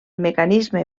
mecanisme